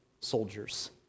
soldiers